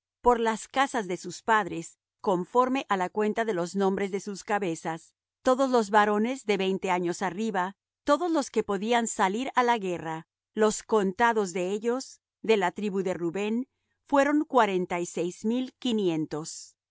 por las casas de sus padres conforme á la cuenta de los nombres por sus cabezas todos los varones de veinte años arriba todos los que podían salir á la guerra los contados de ellos de la tribu de rubén fueron cuarenta y seis mil y quinientos